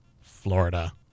Florida